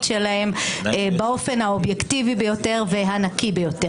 שלהם באופן האובייקטיבי ביותר והנקי ביותר.